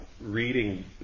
reading